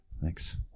Thanks